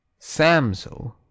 Samso